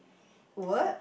word